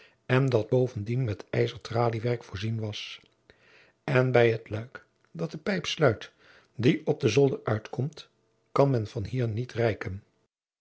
en dat bovendien met ijzer traliewerk voorzien was en bij het luik dat de pijp sluit die op den zolder uitkomt kan men van hier niet reiken